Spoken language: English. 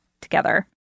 together